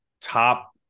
top –